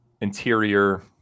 interior